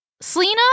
Selena